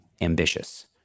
ambitious